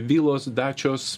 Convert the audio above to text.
vilos dačios